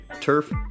turf